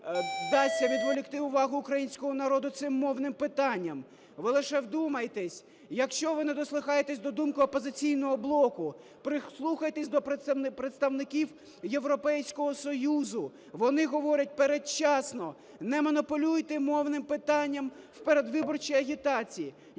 Ви лише вдумайтесь: якщо ви не дослухаєтесь до думки "Опозиційний блоку", прислухайтесь до представників Європейського Союзу. Вони говорять: передчасно! Не маніпулюйте мовним питанням у передвиборчій агітації,